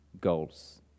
goals